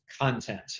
content